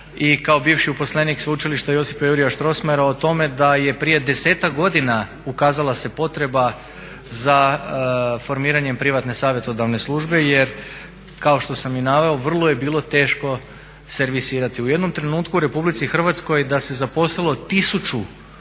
i kao bivši uposlenik Sveučilišta Josipa Jurja Strossmayera o tome da je prije desetak godina ukazala se potreba za formiranjem privatne savjetodavne službe jer kao što sam i naveo vrlo je bilo teško servisirati. U jednom trenutku u RH da se zaposlilo 1000